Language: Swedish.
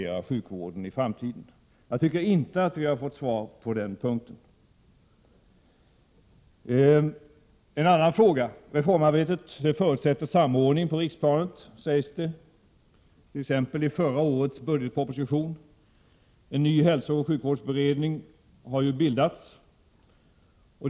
Reformarbetet förutsätter samordning på riksplanet, sägs det, t.ex. i förra årets budgetproposition. En ny hälsooch sjukvårdsberedning har tillkommit.